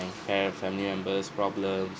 compare family members problem